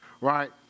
right